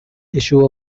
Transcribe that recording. issue